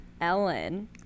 ellen